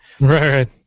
right